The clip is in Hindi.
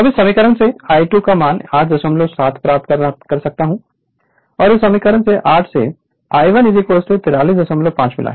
अब इस समीकरण से I2 87 प्राप्त कर सकता हूं इस समीकरण 8 से I1 435 मिला